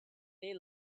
they